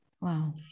Wow